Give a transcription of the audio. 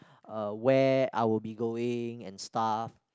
uh where I will be going and stuff